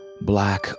Black